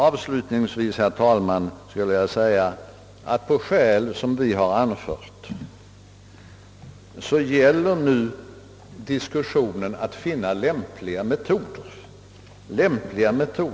Avslutningsvis, herr talman, vill jag understryka att på skäl som vi har anfört gäller nu diskussionen att finna ämpliga metoder.